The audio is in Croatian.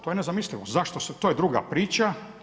To je nezamislivo, zašto se, to je druga priča.